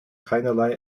keinerlei